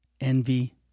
envy